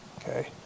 okay